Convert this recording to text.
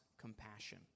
compassion